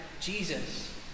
Jesus